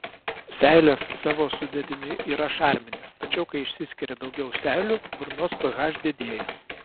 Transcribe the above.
seilės savo sudėtimi yra šarminės tačiau kai išsiskiria daugiau seilių burnos ph didėja